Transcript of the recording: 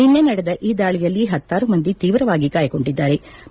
ನಿನ್ನೆ ನಡೆದ ಈ ದಾಳಿಯಲ್ಲಿ ಪತ್ತಾರು ಮಂದಿ ತೀವ್ರವಾಗಿ ಗಾಯಗೊಂಡಿದ್ಗಾರೆ